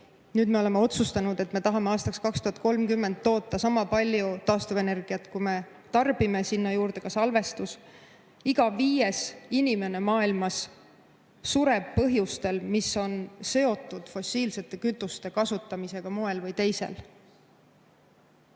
Nüüd me oleme otsustanud, et me tahame aastaks 2030 toota sama palju taastuvenergiat, kui me tarbime, sinna juurde ka salvestus. Iga viies inimene maailmas sureb põhjustel, mis on seotud fossiilsete kütuste kasutamisega moel või teisel.